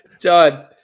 John